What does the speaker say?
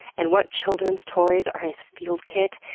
and what children's toys are in his field kit,